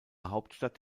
hauptstadt